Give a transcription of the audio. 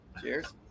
Cheers